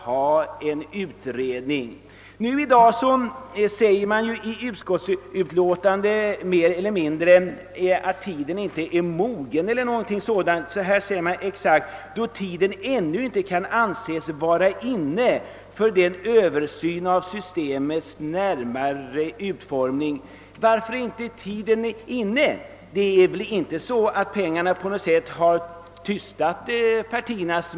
I dag sägs det i utlåtandet mer eller mindre tydligt att frågan inte är mogen att utreda. Sålunda talar utskottet om att »tiden ännu inte kan anses vara inne för den översyn av systemets närmare utformning...» Varför är tiden inte inne? Det är väl inte så att pengarna på något sätt har tystat munnen på partierna?